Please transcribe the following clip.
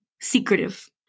secretive